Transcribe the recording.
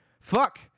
fuck